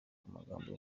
amagambo